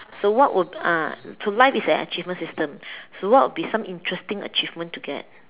so what would ah so life is an achievement system so what will be some interesting achievement to get